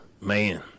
Man